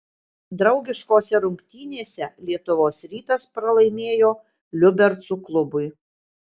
draugiškose rungtynėse lietuvos rytas pralaimėjo liubercų klubui